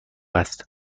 است